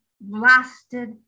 blasted